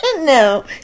No